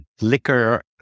liquor